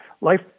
Life